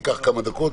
זה ייקח כמה דקות,